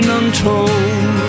untold